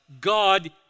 God